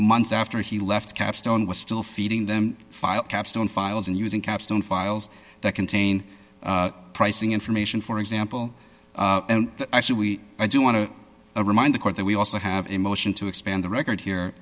months after he left capstone was still feeding them file capstone files and using capstone files that contain pricing information for example and actually we i do want to remind the court that we also have a motion to expand the record here